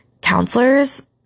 counselors